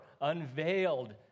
unveiled